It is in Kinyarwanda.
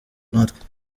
natwe